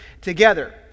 together